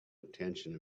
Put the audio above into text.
intention